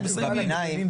אנחנו מסיימים.